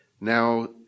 now